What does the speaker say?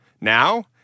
Now